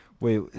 wait